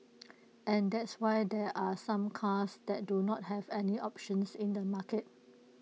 and that's why there are some cars that do not have any options in the market